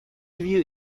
review